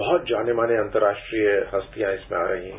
बहुत जानी मानी अंतर्राष्ट्रीय हस्तियां इसमें आ रही हैं